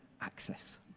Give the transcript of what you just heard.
access